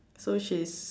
so she's